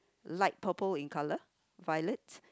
light purple in colour violet